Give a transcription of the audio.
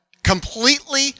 Completely